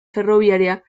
ferroviaria